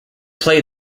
play